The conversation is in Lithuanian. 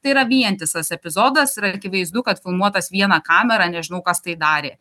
tai yra vientisas epizodas yra akivaizdu kad filmuotas viena kamera nežinau kas tai darė